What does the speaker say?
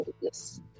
Yes